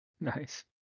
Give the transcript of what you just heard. Nice